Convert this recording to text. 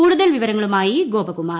കൂടുതൽ വിവരങ്ങളുമായി ഗോപകുമാർ